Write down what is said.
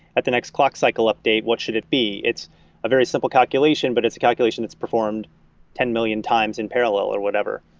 at the next clock cycle update, what should it be? it's a very simple calculation, but it's a calculation that's performed ten million times in parallel, or whatever,